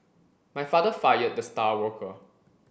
my father fired the star worker